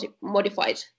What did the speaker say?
modified